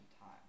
time